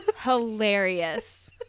hilarious